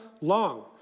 long